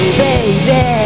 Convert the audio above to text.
baby